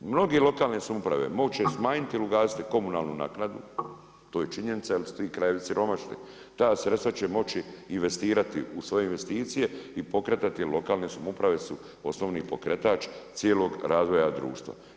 Mnoge lokalne samouprave moći će smanjiti ili ugasiti komunalnu naknadu, to je činjenica jer su ti krajevi siromašni, ta sredstva će moći investirati u svoje investicije i pokretati lokalne samouprave su osnovni pokretač cijelog razvoja društva.